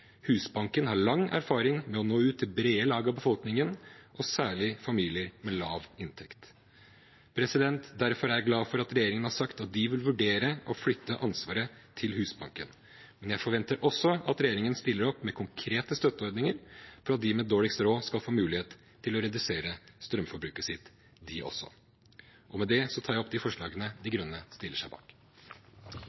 Husbanken har lang erfaring med å nå ut til brede lag av befolkningen, og særlig familier med lav inntekt. Derfor er jeg glad for at regjeringen har sagt de vil vurdere å flytte ansvaret til Husbanken, men jeg forventer også at regjeringen stiller opp med konkrete støtteordninger for at de med dårligst råd skal få mulighet til å redusere strømforbruket sitt, de også. Vinterens høye strømpriser har naturlig nok skapt dyp bekymring i samfunnet, og